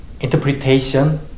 interpretation